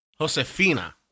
Josefina